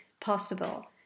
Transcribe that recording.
possible